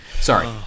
Sorry